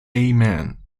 amen